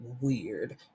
weird